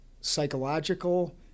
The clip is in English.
psychological